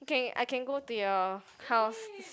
can I can go to your house